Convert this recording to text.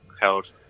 held